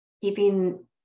keeping